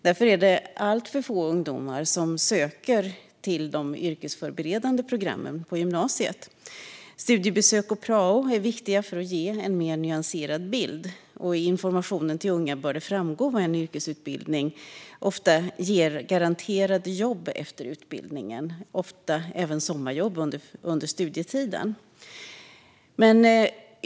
Därför är det alltför få ungdomar som söker till de yrkesförberedande programmen på gymnasiet. Studiebesök och prao är viktiga för att ge en mer nyanserad bild. I information till unga bör det framgå att en yrkesutbildning ofta ger garanterat jobb efter utbildningen, ofta även sommarjobb under studietiden.